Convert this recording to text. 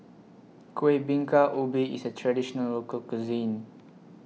Kuih Bingka Ubi IS A Traditional Local Cuisine